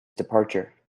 departure